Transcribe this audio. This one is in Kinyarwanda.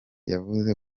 yavuze